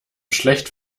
schlecht